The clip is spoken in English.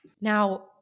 Now